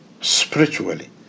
spiritually